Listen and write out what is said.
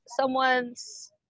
someone's